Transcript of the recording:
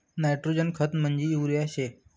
nitrogen खत म्हंजी urea शे